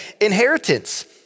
inheritance